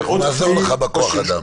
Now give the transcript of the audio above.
זה עוד כלי --- אנחנו נעזור לך בכוח אדם.